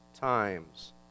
times